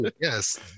yes